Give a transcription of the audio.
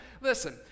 Listen